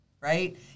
right